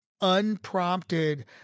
unprompted